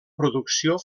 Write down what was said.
producció